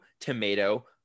tomato